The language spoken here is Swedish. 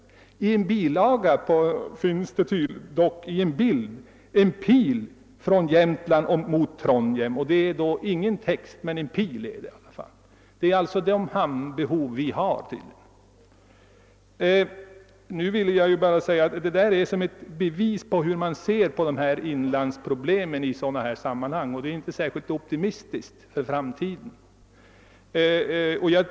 I en bilaga finns det dock i en bild en pil från Jämtland mot Trondheim. Någon text finns inte, utan denna pil visar tydligen det hamnbehov vi har. Jag ville anföra detta som ett bevis på hur man ser på inlandsproblemen i dessa sammanhang. Det är inte särskilt hoppingivande för framtiden.